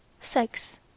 Sex